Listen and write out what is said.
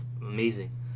amazing